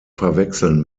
verwechseln